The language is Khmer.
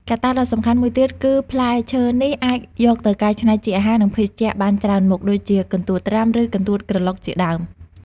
កត្តាដ៏សំខាន់មួយទៀត គឺផ្លែឈើនេះអាចយកទៅកែច្នៃជាអាហារ និងភេសជ្ជៈបានច្រើនមុខ ដូចជា កន្ទួតត្រាំ ឬ កន្ទួតក្រឡុក ជាដើម។